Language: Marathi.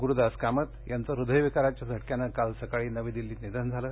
गुरुदास कामत यांचं हुदयविकाराच्या झटक्यानं काल सकाळी नवी दिल्लीत निधन झालं